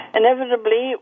inevitably